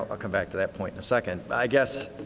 ah come back to that point in a second. but i guess,